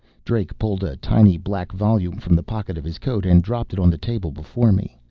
drake pulled a tiny black volume from the pocket of his coat and dropped it on the table before me.